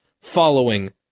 following